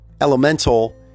elemental